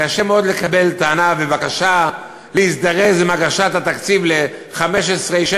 קשה מאוד לקבל טענה ובקשה להזדרז עם הגשת התקציב ל-15' 16'